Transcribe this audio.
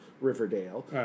Riverdale